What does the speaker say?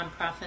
nonprofit